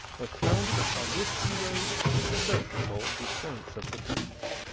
was founded upon this hero's successful defense of the breach.